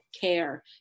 care